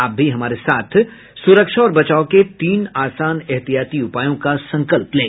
आप भी हमारे साथ सुरक्षा और बचाव के तीन आसान एहतियाती उपायों का संकल्प लें